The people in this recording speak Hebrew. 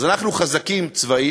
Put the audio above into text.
אז אנחנו חזקים צבאית,